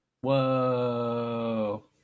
Whoa